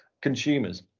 consumers